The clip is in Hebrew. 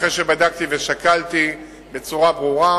אחרי שבדקתי ושקלתי בצורה ברורה,